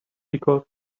because